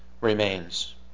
remains